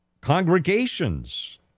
congregations